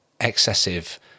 excessive